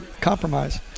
compromise